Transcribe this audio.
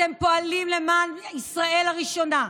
אתם פועלים למען ישראל הראשונה.